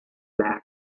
bag